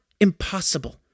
impossible